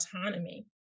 autonomy